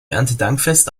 erntedankfest